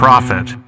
Profit